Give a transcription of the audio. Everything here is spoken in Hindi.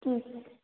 ठीक है